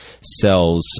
cells